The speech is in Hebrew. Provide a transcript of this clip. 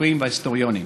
החוקרים וההיסטוריונים.